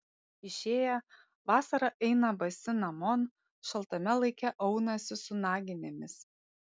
išėję vasarą eina basi namon šaltame laike aunasi su naginėmis